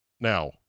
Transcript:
now